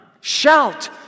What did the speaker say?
Shout